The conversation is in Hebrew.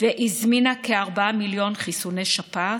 והזמינה כ-4 מיליון חיסוני שפעת,